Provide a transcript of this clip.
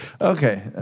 Okay